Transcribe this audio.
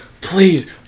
please